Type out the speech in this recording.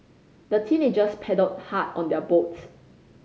the teenagers paddled hard on their boats